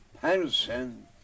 person